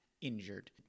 injured